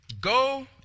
Go